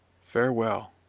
Farewell